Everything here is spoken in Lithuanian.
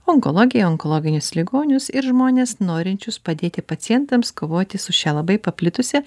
onkologiją onkologinius ligonius ir žmones norinčius padėti pacientams kovoti su šia labai paplitusia